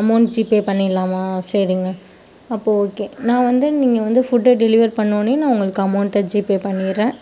amount GPay பண்ணிடலாமா சரிங்க அப்போ ஓகே நான் வந்து நீங்கள் வந்து ஃபுட்டை டெலிவரி பண்ணோடனே நான் உங்களுக்கு அமௌண்ட்டை ஜிபே பண்ணிடறேன்